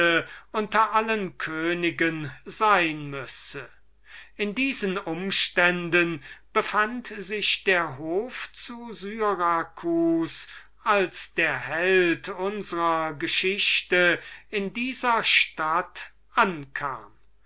unter allen königen sein müsse in diesen umständen befand sich der hof zu syracus als der held unsrer geschichte in dieser stadt ankam